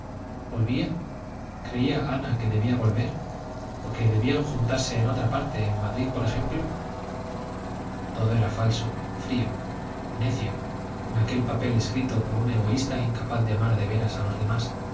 volvía creía ana que debía volver o que debían juntarse en otra parte en madrid por ejemplo todo era falso frío necio en aquel papel escrito por un egoísta incapaz de amar de veras a los demás